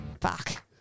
Fuck